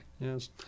Yes